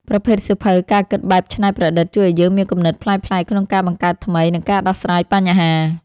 ប្រភេទសៀវភៅការគិតបែបច្នៃប្រឌិត ជួយឱ្យយើងមានគំនិតប្លែកៗក្នុងការបង្កើតថ្មី និងការដោះស្រាយបញ្ហា។